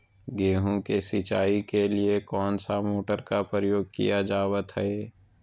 गेहूं के सिंचाई के लिए कौन सा मोटर का प्रयोग किया जावत है?